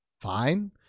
fine